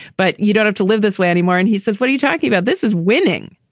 but you don't have to live this way anymore. and he said, what are you talking about? this is winning.